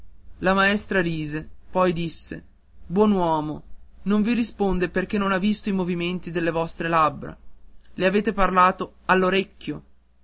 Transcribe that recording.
la maestra rise poi disse buon uomo non vi risponde perché non ha visto i movimenti delle vostre labbra le avete parlato